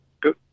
good